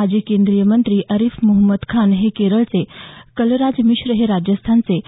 माजी केंद्रीय मंत्री आरिफ मोहम्मद खान हे केरळचे कलराज मिश्र हे राजस्थानचे